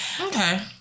Okay